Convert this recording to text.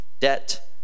debt